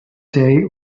day